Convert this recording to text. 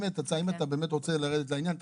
אם אתה באמת רוצה לרדת לעניין,